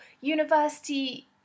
university